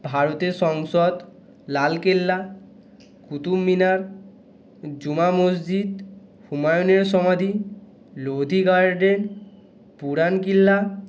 ভারতের সংসদ লালকেল্লা কুতুব মিনার জুমা মসজিদ হুমায়নীয় সমাধি লোধি গার্ডেন পুরান কিল্লা